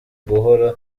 guhora